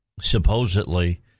supposedly